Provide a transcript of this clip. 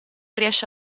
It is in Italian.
riesce